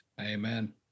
Amen